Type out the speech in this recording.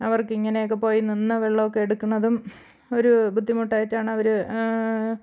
അവര്ക്ക് ഇങ്ങനെയൊക്ക പോയി നിന്ന് വെള്ളം ഒക്കെ എടുക്കുന്നതും ഒരു ബുദ്ധിമുട്ടായിട്ടാണ് അവർ